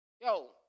Yo